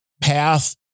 path